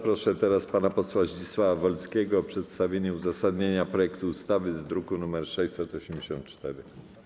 Proszę pana posła Zdzisława Wolskiego o przedstawienie uzasadnienia projektu ustawy z druku nr 684.